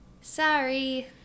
sorry